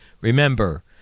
remember